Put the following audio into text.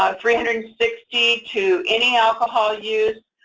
um three hundred and sixty to any alcohol use.